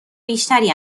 بیشتری